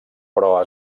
però